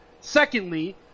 secondly